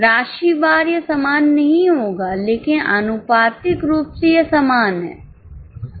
राशि वार यह समान नहीं होगा लेकिन आनुपातिक रूप से यह समान है